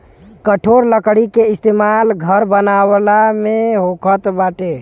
कठोर लकड़ी के इस्तेमाल घर बनावला में होखत बाटे